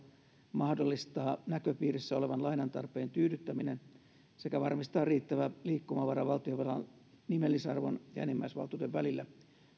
mahdollistaa näköpiirissä olevan lainantarpeen tyydyttäminen sekä varmistaa riittävä liikkumavara valtionvelan nimellisarvon ja enimmäisvaltuuden välillä